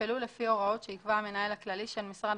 יפעלו לפי הוראות שיקבע המנהל הכללי של משרד